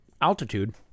altitude